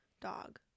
dog